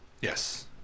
Yes